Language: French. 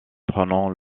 prenant